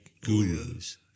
gurus